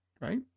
Right